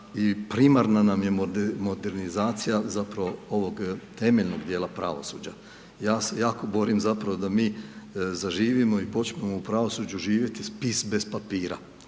primarna nam je modernizacija zapravo ovog temeljnog dijela pravosuđa. Ja se jako borim zapravo da mi zaživimo i počnemo u pravosuđu živjeti spis bez papira.